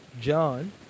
John